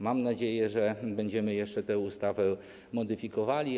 Mam nadzieję, że będziemy jeszcze tę ustawę modyfikowali.